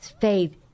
faith